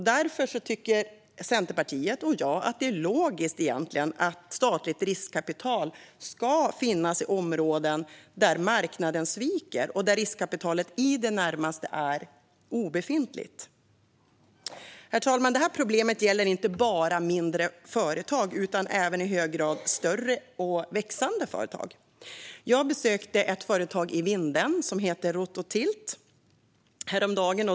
Därför tycker Centerpartiet och jag att det egentligen är logiskt att statligt riskkapital ska finnas i områden där marknaden sviker och där riskkapitalet i det närmaste är obefintligt. Detta problem gäller inte bara mindre företag utan även i hög grad större och växande företag. Jag besökte häromdagen ett företag i Vindeln som heter Rototilt.